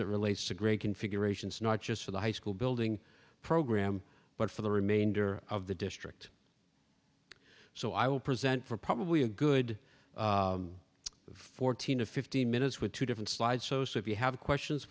it relates to great configurations not just for the high school building program but for the remainder of the district so i will present for probably a good fourteen to fifteen minutes with two different slides so so if you have questions